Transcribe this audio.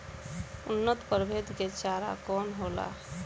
उन्नत प्रभेद के चारा कौन होला?